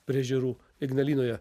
prie ežerų ignalinoje